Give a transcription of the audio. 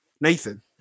Nathan